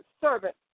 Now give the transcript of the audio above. servant